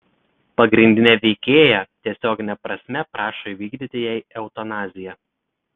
pagrindinė veikėja tiesiogine prasme prašo įvykdyti jai eutanaziją